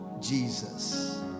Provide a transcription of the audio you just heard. Jesus